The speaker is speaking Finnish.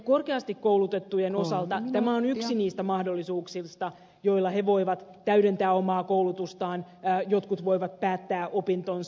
korkeasti koulutettujen osalta tämä on yksi niistä mahdollisuuksista joilla he voivat täydentää omaa koulutustaan jotkut voivat päättää opintonsa